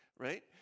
Right